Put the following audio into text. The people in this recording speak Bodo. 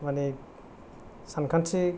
माने सानखान्थि